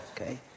okay